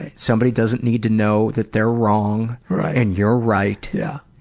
somebody doesn't need to know that they're wrong and you're right. yeah